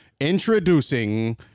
Introducing